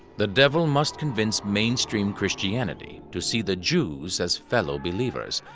the devil must convince mainstream christianity to see the jews as fellow believers,